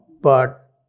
But-